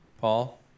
paul